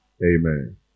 Amen